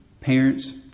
parents